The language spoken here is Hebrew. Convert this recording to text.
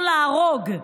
הרצון להרוג.